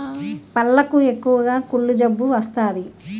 పళ్లకు ఎక్కువగా కుళ్ళు జబ్బు వస్తాది